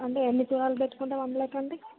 అంటే ఎన్ని తులాలు పెట్టుకుంటే వన్ ల్యాక్ అండి